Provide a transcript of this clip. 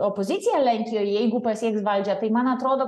opozicija lenkijoj jeigu pasieks valdžią tai man atrodo